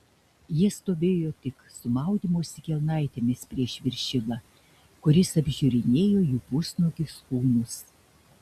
jie stovėjo tik su maudymosi kelnaitėmis prieš viršilą kuris apžiūrinėjo jų pusnuogius kūnus